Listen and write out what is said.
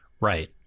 right